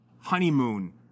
honeymoon